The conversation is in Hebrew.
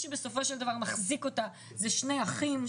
שבסופו של דבר מחזיק אותה הם שני אחים,